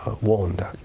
warned